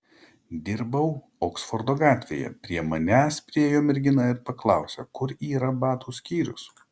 dirbau oksfordo gatvėje prie manęs priėjo mergina ir paklausė kur yra batų skyrius